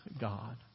God